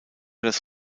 das